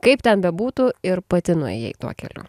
kaip ten bebūtų ir pati nuėjai tuo keliu